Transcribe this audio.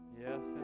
Yes